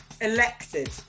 Elected